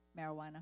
marijuana